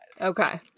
Okay